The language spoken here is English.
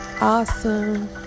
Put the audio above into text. awesome